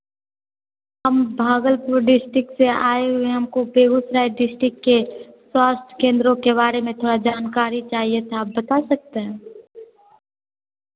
हम भागलपुर डिस्टिक से आए हुए हैं हमको बेगुसराई डिस्टिक के स्वास्थ्य केंद्रों के बारे में थोड़ा जानकारी चाहिए था आप बता सकते हैं